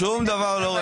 שום דבר לא ראה וקדש.